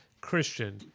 Christian